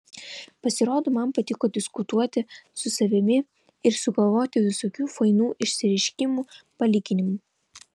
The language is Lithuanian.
pasirodo man patiko diskutuoti su savimi ir sugalvoti visokių fainų išsireiškimų palyginimų